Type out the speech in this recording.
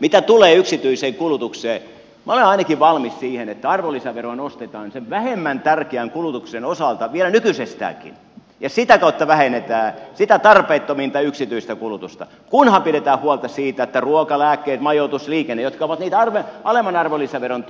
mitä tulee yksityiseen kulutukseen minä olen ainakin valmis siihen että arvonlisäveroa nostetaan sen vähemmän tärkeän kulutuksen osalta vielä nykyisestäänkin ja sitä kautta vähennetään sitä tarpeettominta yksityistä kulutusta kunhan pidetään huolta siitä että ruoka lääkkeet majoitus liikenne jotka ovat alemman arvonlisäveron